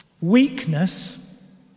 Weakness